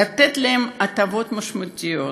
לתת להם הטבות משמעותיות,